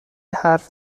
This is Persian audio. حرف